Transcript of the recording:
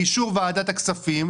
באישור ועדת הכספים,